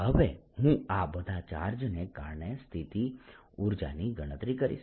હવે હું આ બધા ચાર્જને કારણે સ્થિતિ ઊર્જાની ગણતરી કરીશ